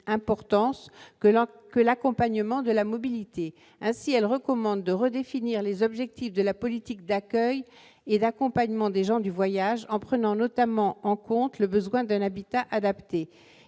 importance que l'accompagnement de la mobilité. » La Cour recommande ainsi de « redéfinir les objectifs de la politique d'accueil et d'accompagnement des gens du voyage, en prenant notamment en compte le besoin d'un habitat adapté.